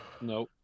No